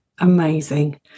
amazing